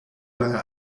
lange